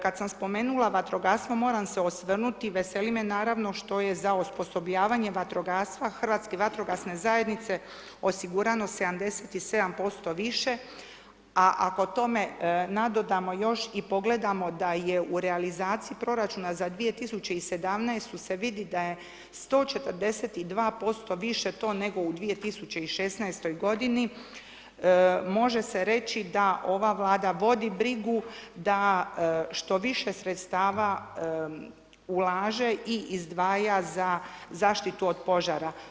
Kad sam spomenula vatrogastvo moram se osvrnuti, veseli me naravno što je za osposobljavanje vatrogastva hrvatske vatrogasne zajednice osigurano 77% više, a ako tome nadodamo još i pogledamo da je u realizaciji proračuna za 2017. se vidi da je 142% više to nego u 2016. godini, može se reći da ova Vlada vodi brigu da što više sredstava ulaže i izdvaja za zaštitu od požara.